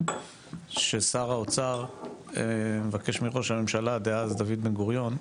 ששר האוצר מבקש מראש הממשלה דאז דוד בן-גוריון,